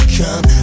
come